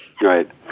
Right